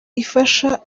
ifasha